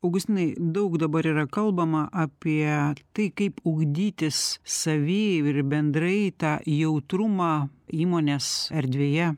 augustinai daug dabar yra kalbama apie tai kaip ugdytis savy ir bendrai tą jautrumą įmonės erdvėje